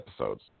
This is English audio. episodes